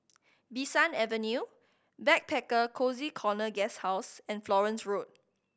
Bee San Avenue Backpacker Cozy Corner Guesthouse and Florence Road